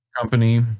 Company